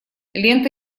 лента